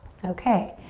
okay.